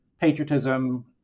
patriotism